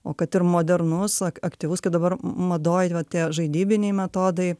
o kad ir modernus ak aktyvus kaip dabar madoj va tie žaidybiniai metodai